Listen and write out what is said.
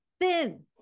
thin